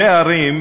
אבל איפה אנחנו,